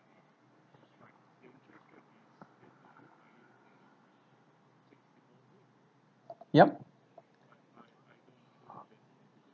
yup